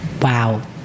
Wow